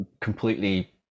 completely